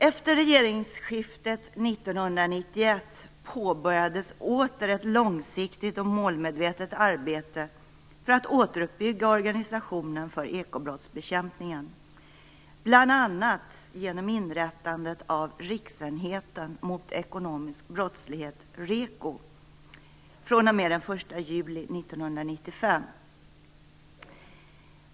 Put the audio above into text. Efter regeringsskiftet 1991 påbörjades ett långsiktigt och målmedvetet arbete för att återuppbygga organisationen för ekobrottsbekämpningen, bl.a. genom inrättandet av Riksenheten mot ekonomisk brottslighet, REKO, fr.o.m. den 1 juli 1995.